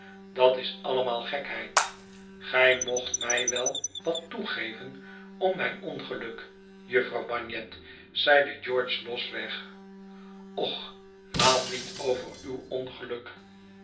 dat is allemaal gekheid gij mocht mij wel wat toegeven om mijn ongeluk jufvrouw bagnet zeide george losweg ch maal niet over uw ongeluk